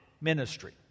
ministry